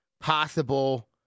possible